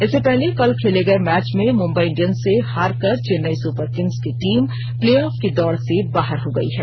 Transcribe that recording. इससे पहले कल खेले गए मैच में मुंबई इंडियंस से हारकर चेन्नई सुपरकिंग्स की टीम प्ले ऑफ की दौड़ से बाहर हो गई है